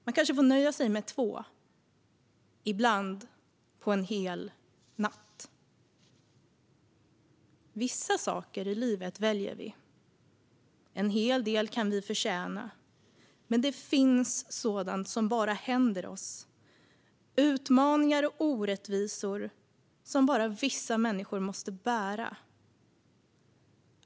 Man kanske får nöja sig med två, ibland på en hel natt. Vissa saker i livet väljer vi. En hel del kan vi förtjäna. Men det finns sådant som bara händer oss, utmaningar och orättvisor som bara vissa människor måste bära.